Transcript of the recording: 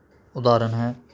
ਉਦਾਹਰਨ ਹੈ